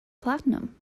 platinum